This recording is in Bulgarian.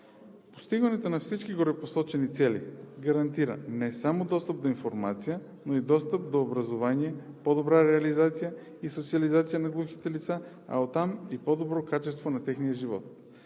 Постигането на всички горепосочени цели гарантира не само достъп до информация, но и достъп до образование, по-добра реализация и социализация на глухите лица, а оттам и по-добро качество на техния живот.